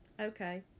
Okay